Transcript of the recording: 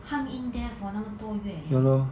hung in there for 那么多月了